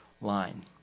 line